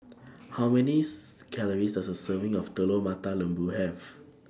How Many Calories Does A Serving of Telur Mata Lembu Have